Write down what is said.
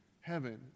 heaven